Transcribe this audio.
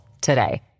today